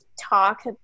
talk